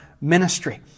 ministry